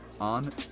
on